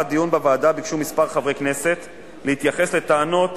בדיון בוועדה ביקשו כמה חברי כנסת להתייחס לטענות